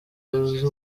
uzi